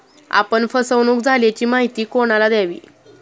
आपण फसवणुक झाल्याची माहिती कोणाला द्यावी?